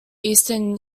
eastern